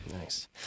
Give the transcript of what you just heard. Nice